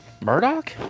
murdoch